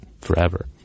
forever